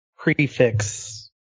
Prefix